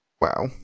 Wow